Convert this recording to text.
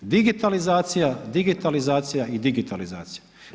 Digitalizacija, digitalizacija i digitalizacija.